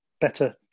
Better